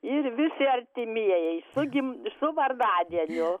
ir visi artimieji su gim su vardadieniu